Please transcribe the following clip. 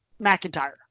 McIntyre